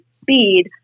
speed